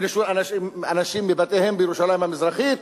ולשלוח אנשים מבתיהם בירושלים המזרחית,